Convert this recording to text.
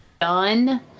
done